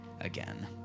again